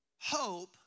Hope